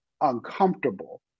uncomfortable